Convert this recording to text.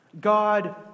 God